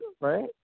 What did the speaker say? right